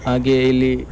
ಹಾಗೇ ಇಲ್ಲಿ